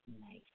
Nice